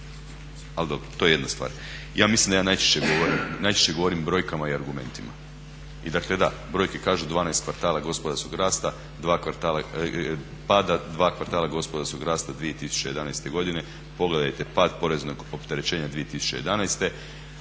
to je jedna stvar. Ja mislim da ja najčešće govorim, najčešće govorim brojkama i argumentima. I dakle da, brojke kažu 12 kvartala gospodarskog rasta, 2 kvartala, pada, dva kartala gospodarskog rasta 2011. godine. Pogledajte pad poreznog opterećenja 2011., ukidanju